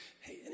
hey